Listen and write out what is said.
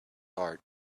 heart